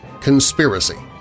conspiracy